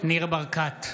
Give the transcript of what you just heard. ניר ברקת,